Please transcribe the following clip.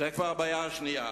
זאת כבר הבעיה השנייה.